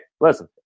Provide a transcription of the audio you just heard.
listen